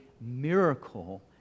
miracle